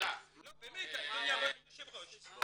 אדוני היושב ראש.